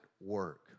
work